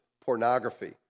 pornography